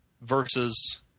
versus